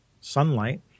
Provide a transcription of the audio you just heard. sunlight